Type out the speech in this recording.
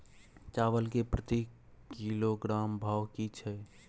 चावल के प्रति किलोग्राम भाव की छै?